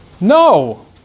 No